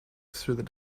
through